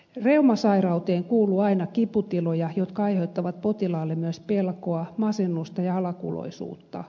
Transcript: reumasairauteen kuuluu aina kiputiloja jotka aiheuttavat potilaalle myös pelkoa masennusta ja alakuloisuutta